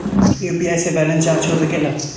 UPI से balance जाँच हो सके ला?